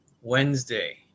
Wednesday